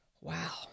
wow